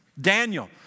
Daniel